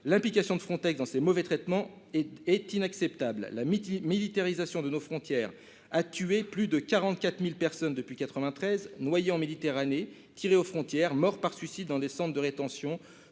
l'implication de Frontex dans ces mauvais traitements est inacceptable. La militarisation de nos frontières a tué plus de 44 000 personnes depuis 1993 : celles-ci se sont noyées en Méditerranée, ont été abattues aux frontières, se sont suicidées dans des centres de rétention,